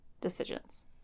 decisions